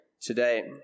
today